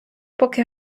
поки